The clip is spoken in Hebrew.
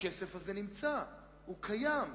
הכסף הזה נמצא, הוא קיים.